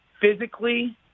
physically